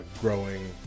growing